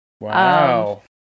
Wow